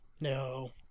No